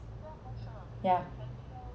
yeah